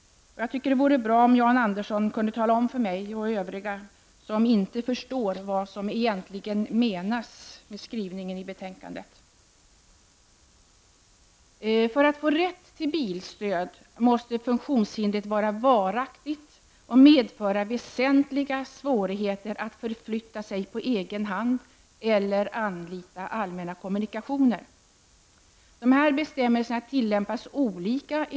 Jag tycker att det vore bra om Jan Andersson kunde tala om för mig och övriga som inte förstår vad som menas med skrivningen i betänkandet. För att få rätt till bilstöd måste funktionshindret vara varaktigt och medföra väsentliga svårigheter att förflytta sig på egen hand eller anlita allmänna kommunikationer. De här bestämmelserna tillämpas i dag olika.